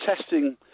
testing